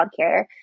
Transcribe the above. childcare